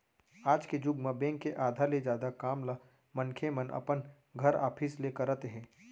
आज के जुग म बेंक के आधा ले जादा काम ल मनखे मन अपन घर, ऑफिस ले करत हे